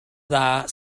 dda